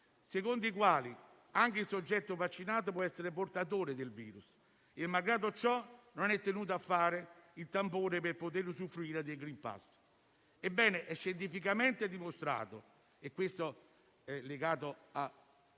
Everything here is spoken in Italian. secondo cui anche il soggetto vaccinato può essere portatore del virus e, malgrado ciò, non è tenuto a fare il tampone per poter usufruire del *green pass.* Ebbene, è scientificamente dimostrato - e questo è legato a